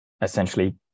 Essentially